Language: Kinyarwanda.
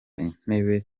intebe